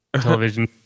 television